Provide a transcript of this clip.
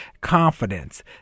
confidence